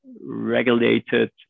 regulated